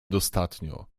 dostatnio